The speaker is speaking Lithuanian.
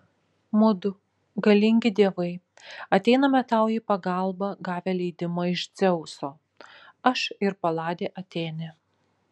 mudu galingi dievai ateiname tau į pagalbą gavę leidimą iš dzeuso aš ir paladė atėnė